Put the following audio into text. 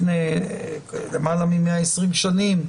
לפני למעלה מ-120 שנים,